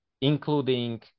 including